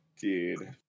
Dude